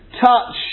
touch